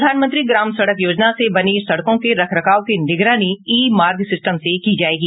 प्रधानमंत्री ग्राम सड़क योजना से बनी सड़कों के रख रखाव की निगरानी ई मार्ग सिस्टम से की जायेगी